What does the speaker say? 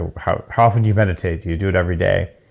and how how often do you meditate? do you do it every day?